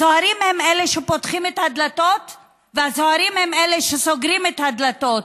הסוהרים הם אלה שפותחים את הדלתות והסוהרים הם אלה שסוגרים את הדלתות.